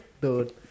dude